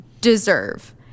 deserve